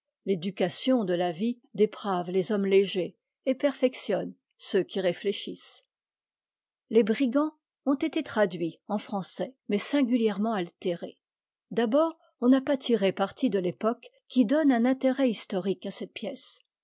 l'éducation de la vie déprave les hommes légers et perfectionne ceux qui réfléchissent les y ch ont été traduits en français mais singu ièrement altérés d'abord on n'a pas tiré parti de t'époque qui donne un intérêt historique à cette pièce